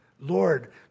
Lord